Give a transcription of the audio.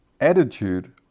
attitude